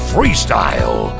Freestyle